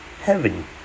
heaven